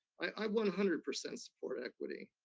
i one hundred percent support equity,